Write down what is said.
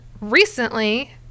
recently